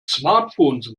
smartphones